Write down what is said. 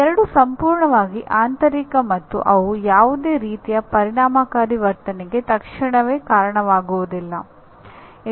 ಈ ಎರಡು ಸಂಪೂರ್ಣವಾಗಿ ಆಂತರಿಕ ಮತ್ತು ಅವು ಯಾವುದೇ ರೀತಿಯ ಪರಿಣಾಮಕಾರಿ ವರ್ತನೆಗೆ ತಕ್ಷಣವೇ ಕಾರಣವಾಗುವುದಿಲ್ಲ